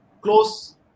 close